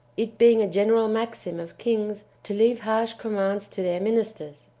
it being a general maxim of kings to leave harsh commands to their ministers,